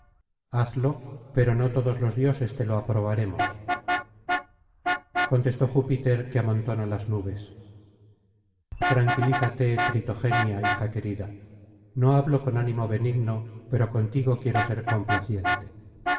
hazlo pero no todos los dioses te lo aproba más contestó júpiter que amontona las nubes tranquilízate tritogenia hija querida no hablo con ánimo benigno pero contigo quiero ser complaciente